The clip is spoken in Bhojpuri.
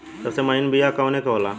सबसे महीन बिया कवने के होला?